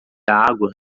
água